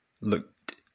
look